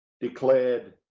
declared